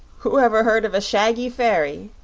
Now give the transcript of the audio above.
who ever heard of a shaggy fairy?